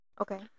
Okay